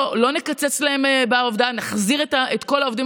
לא נקצץ להם בעבודה ונחזיר את כל העובדים